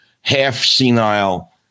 half-senile